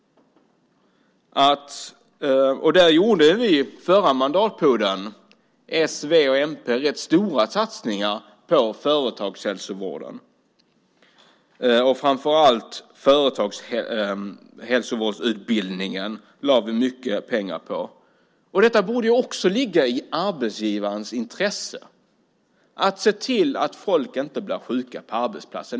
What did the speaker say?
Förra mandatperioden gjorde s, v och mp rätt stora satsningar på företagshälsovården. Vi lade mycket pengar framför allt på företagshälsovårdsutbildningen. Det borde också ligga i arbetsgivarens intresse att se till att människor inte blir sjuka på arbetsplatsen.